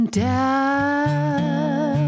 down